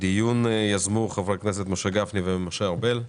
את הדיון יזמו חברי הכנסת משה גפני ומשה ארבל.